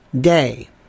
day